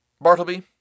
Bartleby